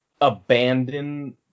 abandon